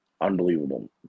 unbelievable